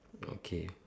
okay